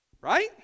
Right